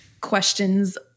questions